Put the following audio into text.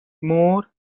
more